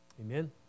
Amen